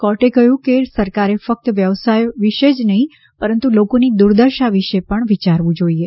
કોર્ટે કહ્યું કે સરકારે ફક્ત વ્યવસાય વિશે જ નહીં પરંતુ લોકોની દુર્દશા વિશે પણ વિયારવું જોઈએ